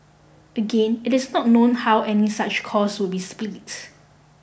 again it is not known how any such cost would be split